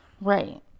Right